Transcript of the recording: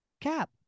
Cap